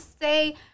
say